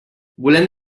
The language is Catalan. volem